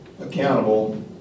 accountable